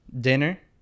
dinner